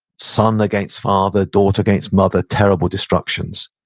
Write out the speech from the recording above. son against father, daughter against mother, terrible destructions.